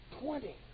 twenty